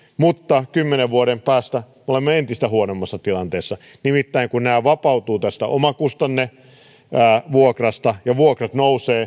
mutta kymmenen vuoden päästä me olemme entistä huonommassa tilanteessa nimittäin kun nämä vapautuvat tästä omakustannevuokrasta ja vuokrat nousevat